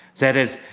that is,